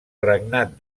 regnat